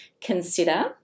consider